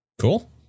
Cool